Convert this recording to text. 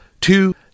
two